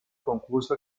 concurso